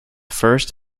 first